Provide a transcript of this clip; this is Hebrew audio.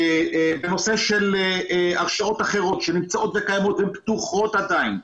בנושא של הרשאות אחרות שנמצאות וקיימות הן פתוחות עדיין.